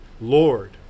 Lord